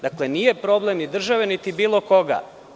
Dakle, to nije problem ni države, niti bilo koga.